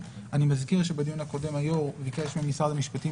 אני מזכיר שבדיון הקודם התבקש ממשרד המשפטים